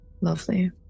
lovely